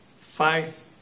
faith